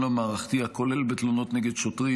המערכתי הכולל בתלונות נגד שוטרים.